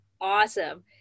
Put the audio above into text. Awesome